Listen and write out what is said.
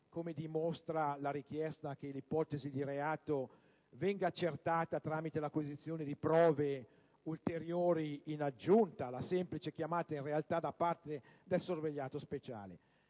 come dimostra la richiesta che l'ipotesi di reato venga accertata tramite l'acquisizione di prove ulteriori in aggiunta alla semplice chiamata in reità da parte del sorvegliato speciale.